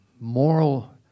moral